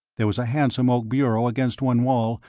there was a handsome oak bureau against one wall,